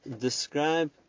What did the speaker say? describe